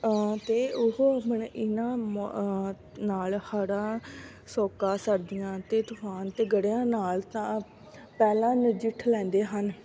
ਅਤੇ ਉਹ ਆਪਣੇ ਇਹਨਾਂ ਨਾਲ ਹੜ੍ਹਾਂ ਸੋਕਾ ਸਰਦੀਆਂ ਅਤੇ ਤੂਫਾਨ ਅਤੇ ਗੜਿਆਂ ਨਾਲ ਤਾਂ ਪਹਿਲਾਂ ਨਜਿੱਠ ਲੈਂਦੇ ਹਨ